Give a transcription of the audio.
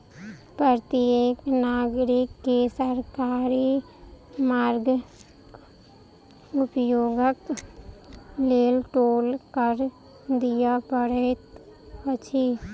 प्रत्येक नागरिक के सरकारी मार्गक उपयोगक लेल टोल कर दिअ पड़ैत अछि